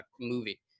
movie